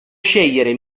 scegliere